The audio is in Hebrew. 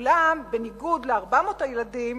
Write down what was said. אולם בניגוד ל-400 הילדים,